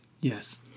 Yes